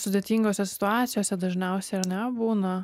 sudėtingose situacijose dažniausiai ar ne būna